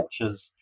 cultures